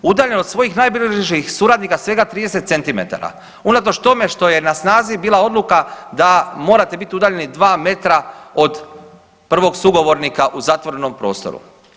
Udaljen od svojih najbližih suradnika svega 30 cm, unatoč tome što je na snazi bila odluka da morate biti udaljeni 2 m od prvog sugovornika u zatvorenom prostoru.